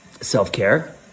self-care